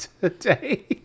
today